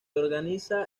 organiza